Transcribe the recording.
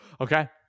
okay